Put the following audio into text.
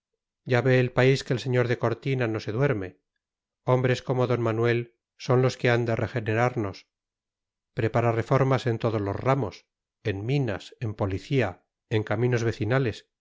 ya ve el país que el sr de cortina no se duerme hombres como d manuel son los que han de regenerarnos prepara reformas en todos los ramos en minas en policía en caminos vecinales